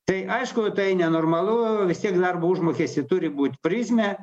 tai aišku tai nenormalu vis tiek darbo užmokesty turi būt prizmė